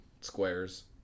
squares